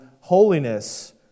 holiness